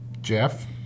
Jeff